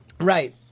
Right